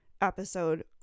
episode